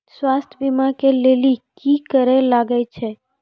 स्वास्थ्य बीमा के लेली की करे लागे छै?